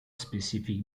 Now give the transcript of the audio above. specific